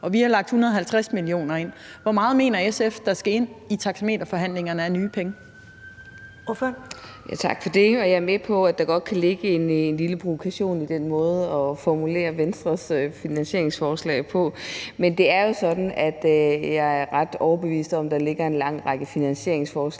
(Karen Ellemann): Ordføreren. Kl. 15:09 Charlotte Broman Mølbæk (SF): Tak for det. Jeg er med på, at der godt kan ligge en lille provokation i den måde at formulere Venstres finansieringsforslag på. Men det er jo sådan, at jeg er ret overbevist om, at der ligger en lang række finansieringsforslag,